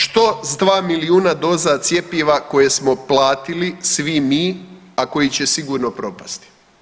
Što s dva milijuna doza cjepiva koje smo platili svi mi, a koji će sigurno propasti?